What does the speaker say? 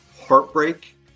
heartbreak